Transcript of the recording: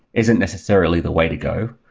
isn't necessarily the way to go.